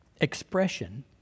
expression